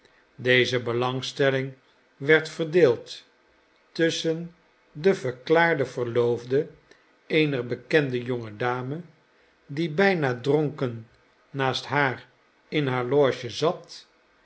deze belangstelling werd verdeeld tusschen den verklaarden verloofde eener bekende jonge dame die bijna dronken naast haar in haar loge zat